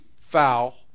foul